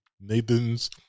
Nathan's